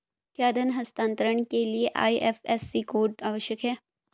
क्या धन हस्तांतरण के लिए आई.एफ.एस.सी कोड आवश्यक है?